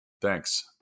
Thanks